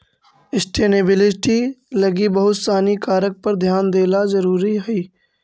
sustainability लगी बहुत सानी कारक पर ध्यान देला जरुरी हई